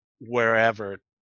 wherever